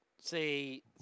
See